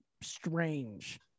strange